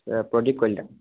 sir Pradip Kalita